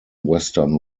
western